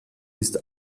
ist